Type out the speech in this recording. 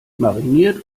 mariniert